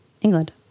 England